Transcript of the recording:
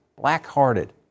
black-hearted